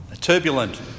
turbulent